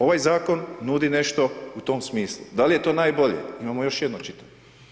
Ovaj zakon nudi nešto u tom smislu, da li je to najbolje imamo još jedno čitanje.